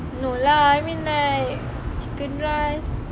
no lah I mean like chicken rice